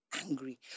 angry